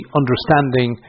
understanding